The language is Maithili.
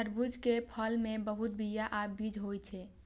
तरबूज के फल मे बहुत बीया या बीज होइ छै